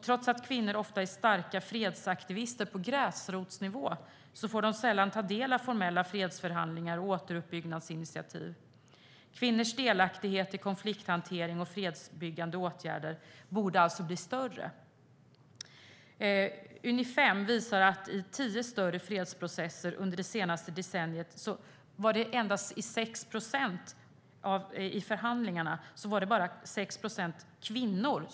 Trots att kvinnor ofta är starka fredsaktivister på gräsrotsnivå får de sällan ta del av formella fredsförhandlingar och återuppbyggnadsinitiativ. Kvinnors delaktighet i konflikthantering och fredsbyggande åtgärder borde alltså bli större. Unifem rapporterar att i tio större fredsprocesser under det senaste decenniet var endast 6 procent av förhandlarna kvinnor.